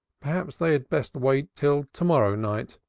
perhaps they had best wait till to-morrow night.